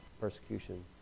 persecution